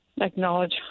acknowledge